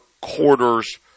quarters